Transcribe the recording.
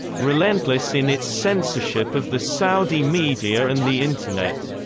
relentless in its censorship of the saudi media and the internet,